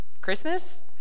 Christmas